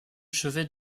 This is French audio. chevet